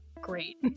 great